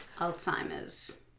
Alzheimer's